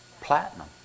platinum